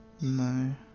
No